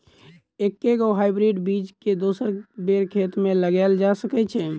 एके गो हाइब्रिड बीज केँ दोसर बेर खेत मे लगैल जा सकय छै?